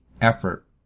effort